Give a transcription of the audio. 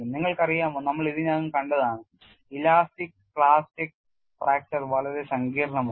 നിങ്ങൾക്കറിയാമോ നമ്മൾ ഇതിനകം കണ്ടതാണ് ഇലാസ്റ്റിക് പ്ലാസ്റ്റിക് ഫ്രാക്ചർ വളരെ സങ്കീർണ്ണമാണ്